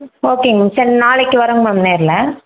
ஓகேங்க சரி நாளைக்கு வரோங்க மேம் நேரில்